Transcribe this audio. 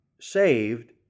saved